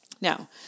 Now